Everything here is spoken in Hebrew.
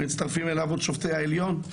ומצטרפים אליו עוד שופטי העליון,